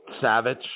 Savage